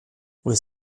with